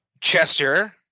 chester